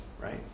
right